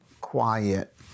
quiet